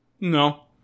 No